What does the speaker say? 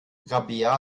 rabea